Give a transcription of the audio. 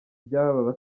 by’aba